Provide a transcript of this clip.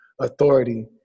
authority